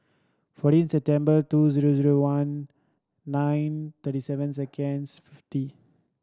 fourteen September two zero zero one nine thirty seven seconds fifty